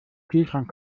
kühlschrank